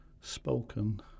spoken